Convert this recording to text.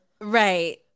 right